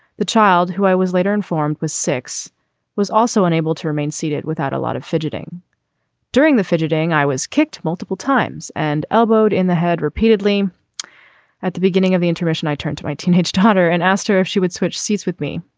the child who i was later informed was six was also unable to remain seated without a lot of fidgeting during the fidgeting i was kicked multiple times and elbowed in the head repeatedly at the beginning of the intermission i turned to my teenage daughter and asked her if she would switch seats with me.